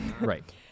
Right